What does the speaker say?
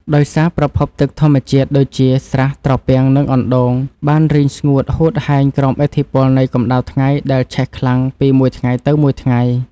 ដោយសារប្រភពទឹកធម្មជាតិដូចជា ស្រះ ត្រពាំង និងអណ្ដូង បានរីងស្ងួតហួតហែងក្រោមឥទ្ធិពលនៃកម្ដៅថ្ងៃដែលឆេះខ្លាំងពីមួយថ្ងៃទៅមួយថ្ងៃ។